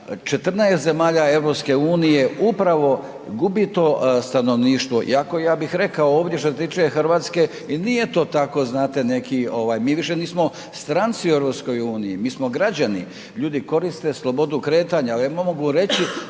14 zemalja EU upravo gubi to stanovništvo iako ja bih rekao ovdje što se tiče Hrvatske i nije to tako znate neki ovaj, mi više nismo stranci u EU, mi smo građani, ljudi koriste slobodu kretanja. Evo mogu reći